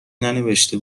ننوشته